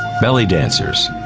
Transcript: belly dancers,